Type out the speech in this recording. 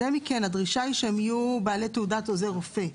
הדרישה היא שהם יהיו בעלי תעודת עוזר רופא.